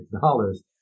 dollars